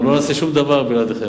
לא נעשה שום דבר בלעדיכם.